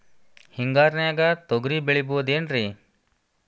ಹಿಂಗಾರಿನ್ಯಾಗ ತೊಗ್ರಿ ಬೆಳಿಬೊದೇನ್ರೇ?